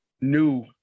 new